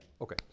Okay